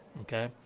Okay